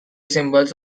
symbols